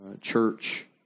church